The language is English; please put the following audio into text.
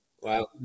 wow